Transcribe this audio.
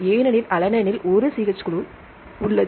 ஏனெனில்அலனின் ல் ஒரு CH3 குழு உள்ளது